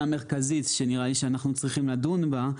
המרכזית שנראה לי שאנחנו צריכים לדון בה,